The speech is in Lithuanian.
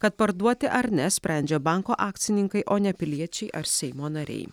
kad parduoti ar ne sprendžia banko akcininkai o ne piliečiai ar seimo nariai